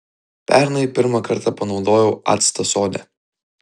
pernai pirmą kartą panaudojau actą sode